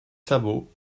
sabots